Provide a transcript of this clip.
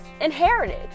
inherited